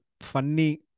funny